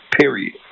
Period